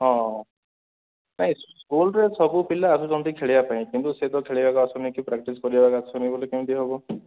ହଁ ନାହିଁ ସ୍କୁଲରେ ସବୁପିଲା ଆସୁଛନ୍ତି ଖେଳିବା ପାଇଁ କିନ୍ତୁ ସେ ତ ଖେଳିବାକୁ ଆସୁନି କି ପ୍ରାକ୍ଟିସ୍ କରିବାକୁ ଆସୁନି ବୋଲି କେମିତି ହେବ